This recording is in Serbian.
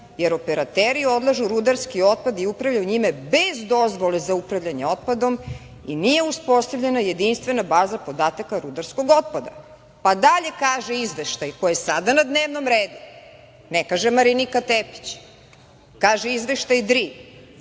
jer operateri odlažu rudarski otpad i upravljaju njime bez dozvole za upravljanje otpadom i nije uspostavljena jedinstvena baza podataka rudarskog otpada“.Pa dalje kaže Izveštaj, koji je sada na dnevnom redu, ne kaže Marinika Tepić, kaže Izveštaj DRI,